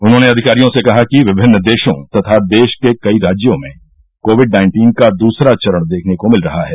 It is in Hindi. उन्होंने अधिकारियों से कहा कि विभिन्न देशों तथा देश के कई राज्यों में कोविड नाइन्टीन का दूसरा चरण देखने को मिल रहा है